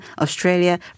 Australia